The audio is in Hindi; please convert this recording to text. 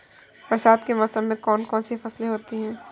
बरसात के मौसम में कौन कौन सी फसलें होती हैं?